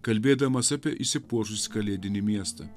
kalbėdamas apie išsipuošusi kalėdinį miestą